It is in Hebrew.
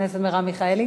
חברת הכנסת מרב מיכאלי,